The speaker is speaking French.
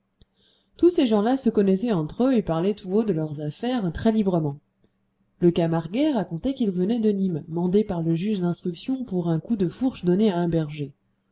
tous ces gens-là se connaissaient entre eux et parlaient tout haut de leurs affaires très librement le camarguais racontait qu'il venait de nîmes mandé par le juge d'instruction pour un coup de fourche donné à un berger